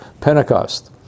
Pentecost